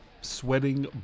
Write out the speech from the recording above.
sweating